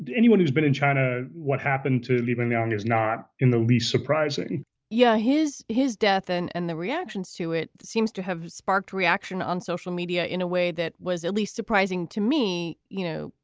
anyone who's been in china, what happened to living young is not in the least surprising yeah, his his death and and the reactions to it seems to have sparked reaction on social media in a way that was at least surprising to me, you know,